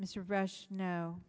mr rush no